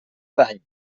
dany